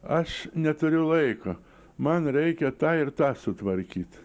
aš neturiu laiko man reikia tą ir tą sutvarkyt